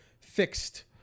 fixed